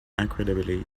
incredibly